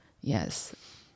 Yes